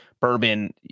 bourbon